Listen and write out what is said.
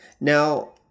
Now